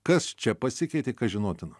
kas čia pasikeitė kas žinotina